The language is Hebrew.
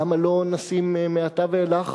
למה לא נשים מעתה ואילך